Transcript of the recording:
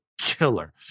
killer